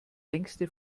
längste